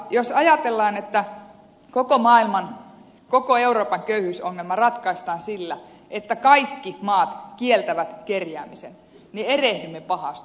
jos ajatellaan että koko maailman koko euroopan köyhyysongelma ratkaistaan sillä että kaikki maat kieltävät kerjäämisen niin erehdymme pahasti